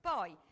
Poi